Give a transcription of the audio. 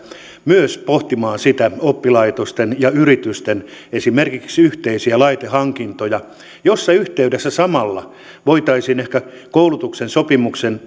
myös pohtimaan esimerkiksi oppilaitosten ja yritysten yhteisiä laitehankintoja missä yhteydessä samalla voitaisiin ehkä koulutuksen sopimuksen